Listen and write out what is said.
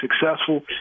successful